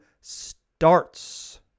starts